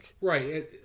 right